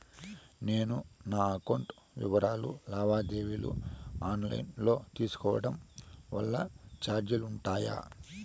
నేను నా అకౌంట్ వివరాలు లావాదేవీలు ఆన్ లైను లో తీసుకోవడం వల్ల చార్జీలు ఉంటాయా?